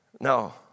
no